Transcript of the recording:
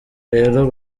rero